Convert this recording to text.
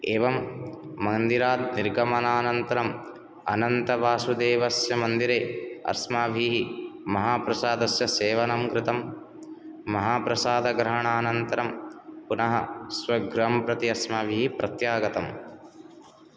एवं मन्दिरात् निर्गमनानन्तरं अनन्तवासुदेवस्य मन्दिरे अस्माभिः महाप्रसादस्य सेवनं कृतं महाप्रसाद ग्रहाणानन्तरं पुनः स्वगृहं प्रति अस्माभिः प्रत्यागतम्